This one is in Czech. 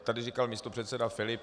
Tady říkal místopředseda Filip...